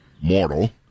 mortal